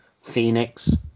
phoenix